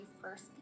first